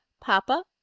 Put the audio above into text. Papa